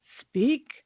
speak